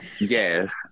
yes